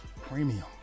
Premium